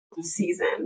season